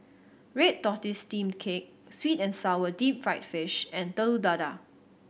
red tortoise steamed cake sweet and sour deep fried fish and Telur Dadah